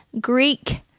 Greek